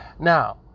Now